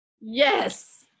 Yes